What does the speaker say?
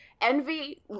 Envy